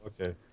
Okay